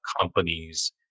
companies